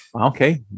okay